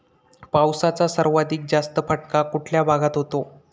पावसाचा सर्वाधिक जास्त फटका कुठल्या भागात होतो?